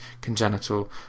congenital